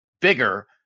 bigger